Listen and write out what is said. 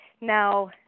Now